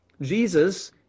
Jesus